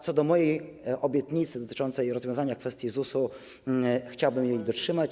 Co do mojej obietnicy dotyczącej rozwiązania kwestii ZUS-u, to chciałbym jej dotrzymać.